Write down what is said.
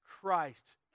Christ